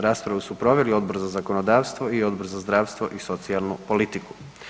Raspravu su proveli Odbor za zakonodavstvo i Odbor za zdravstvo i socijalnu politiku.